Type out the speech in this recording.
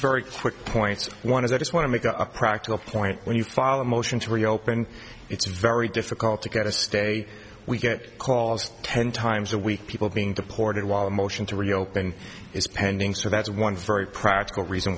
very quick points one is i just want to make a practical point when you follow a motion to reopen it's very difficult to get a stay we get calls ten times a week people being deported while the motion to reopen is pending so that's one very practical reason